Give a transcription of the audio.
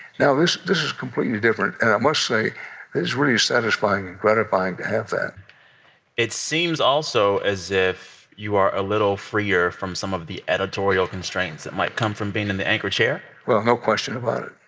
now this this is completely different. and i must say it's is really satisfying and gratifying to have that it seems also as if you are a little freer from some of the editorial constraints that might come from being in the anchor chair well, no question about it.